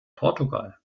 portugal